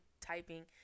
typing